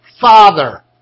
father